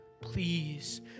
Please